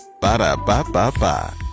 Ba-da-ba-ba-ba